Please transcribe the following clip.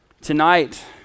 tonight